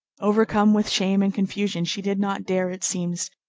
overcome with shame and confusion, she did not dare, it seems,